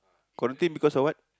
quarantine because of what